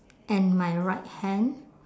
and my right hand